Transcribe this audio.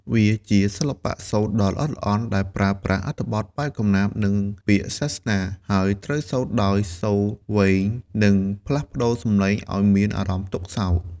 វាជាសិល្បៈសូត្រដ៏ល្អិតល្អន់ ដែលប្រើប្រាស់អត្ថបទបែបកំណាព្យ និងពាក្យសាសនា ហើយត្រូវសូត្រដោយសូរវែង និងផ្លាស់ប្ដូរសំឡេងឲ្យមានអារម្មណ៍ទុក្ខសោក។